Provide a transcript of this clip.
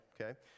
okay